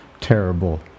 terrible